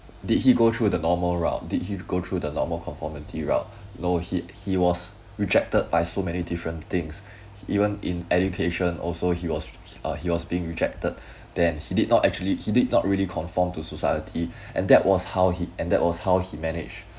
did he go through the normal route did he go through the normal conformity route no he he was rejected by so many different things even in education also he was uh he was being rejected then he did not actually he did not really conform to society and that was how he and that was how he managed